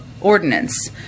ordinance